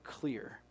clear